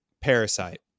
Parasite